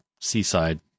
seaside